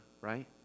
right